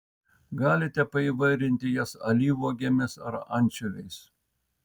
galite paįvairinti jas alyvuogėmis ar ančiuviais